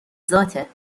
ذاته